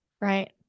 right